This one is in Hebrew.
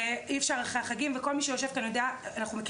אי אפשר אחרי החגים וכל מי שיושב כאן יודע.